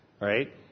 right